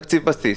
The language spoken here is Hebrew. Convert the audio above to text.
תקציב בסיס,